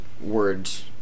words